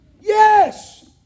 Yes